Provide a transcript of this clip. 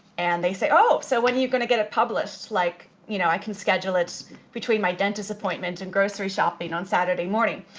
and they say, oh, so when are you going to get published? like, you know, i can schedule it between my dentist appointment and grocery shopping on saturday morning.